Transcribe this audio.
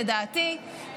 לדעתי,